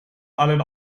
allen